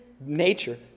nature